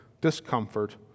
discomfort